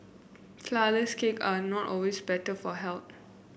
flourless cake are not always better for health